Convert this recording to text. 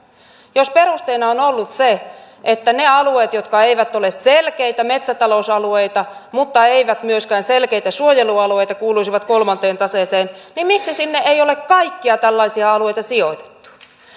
jos perusteena on ollut se että ne alueet jotka eivät ole selkeitä metsätalousalueita mutta eivät myöskään selkeitä suojelualueita kuuluisivat kolmanteen taseeseen niin miksi sinne ei ole kaikkia tällaisia alueita sijoitettu